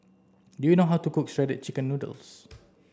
do you know how to cook shredded chicken noodles